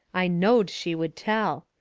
i knowed she would tell.